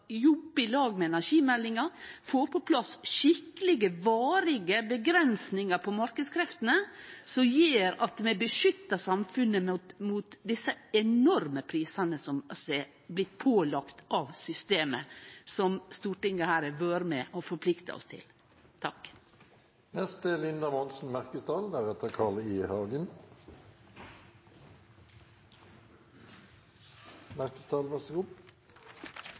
i lag med energimeldinga, få på plass skikkelege, varige avgrensingar for marknadskreftene, slik at vi beskyttar samfunnet mot desse enorme prisane som vi er blitt pålagde av systemet som Stortinget her har vore med på og forplikta oss til.